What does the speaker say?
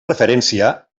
referència